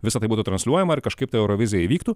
visa tai būtų transliuojama ar kažkaip ta eurovizija įvyktų